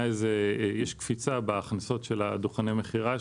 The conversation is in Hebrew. יש קפיצה בהכנסות של דוכני המכירה.